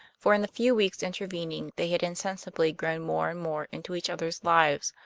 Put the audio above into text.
for in the few weeks intervening they had insensibly grown more and more into each other's lives,